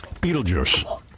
Beetlejuice